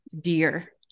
dear